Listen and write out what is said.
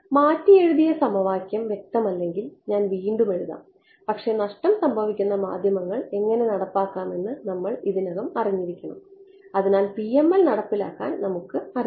മാറ്റിയെഴുതിയ സമവാക്യം വ്യക്തമല്ലെങ്കിൽ ഞാൻ വീണ്ടും എഴുതാം പക്ഷേ നഷ്ടം സംഭവിക്കുന്ന മാധ്യമങ്ങൾ എങ്ങനെ നടപ്പാക്കാമെന്ന് നമുക്ക് ഇതിനകം അറിയാം അതിനാൽ PML നടപ്പിലാക്കാൻ നമുക്ക് അറിയാം